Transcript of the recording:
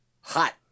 Hot